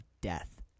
death